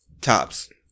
Tops